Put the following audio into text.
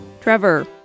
Trevor